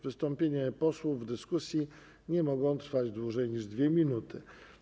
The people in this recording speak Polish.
Wystąpienia posłów w dyskusji nie mogą trwać dłużej niż 2 minuty.